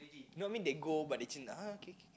no I mean they go but they okay okay